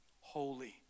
holy